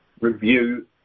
review